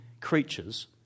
creatures